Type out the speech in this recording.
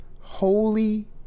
holy